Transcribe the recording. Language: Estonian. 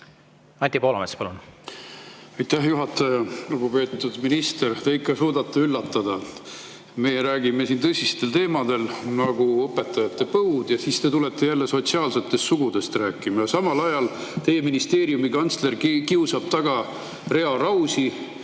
Anti Poolamets, palun! Aitäh, juhataja! Lugupeetud minister! Te ikka suudate üllatada. Meie räägime siin tõsistel teemadel, nagu õpetajate põud, ja teie hakkate jälle sotsiaalsetest sugudest rääkima. Samal ajal teie ministeeriumi kantsler kiusab taga Rea Rausi,